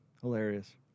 Hilarious